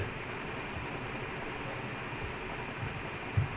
it's getting more physical now lah